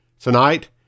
Tonight